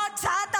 מי שרוצה --- בעזה.